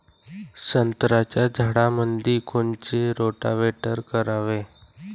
संत्र्याच्या झाडामंदी कोनचे रोटावेटर करावे?